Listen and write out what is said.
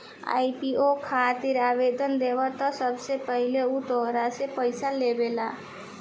IPO खातिर आवेदन देबऽ त सबसे पहिले उ तोहरा से पइसा लेबेला